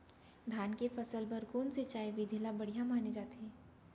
धान के फसल बर कोन सिंचाई विधि ला बढ़िया माने जाथे?